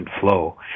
flow